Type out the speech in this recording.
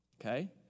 Okay